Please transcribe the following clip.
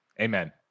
amen